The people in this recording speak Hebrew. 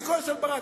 אני כועס על ברק?